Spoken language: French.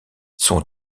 son